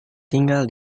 tinggal